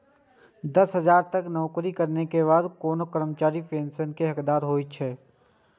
दस साल तक नौकरी करै के बाद कोनो कर्मचारी पेंशन के हकदार होइ छै